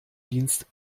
dienst